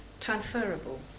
transferable